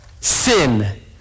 sin